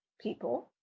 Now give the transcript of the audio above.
people